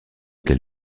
quel